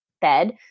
Bed